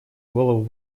голову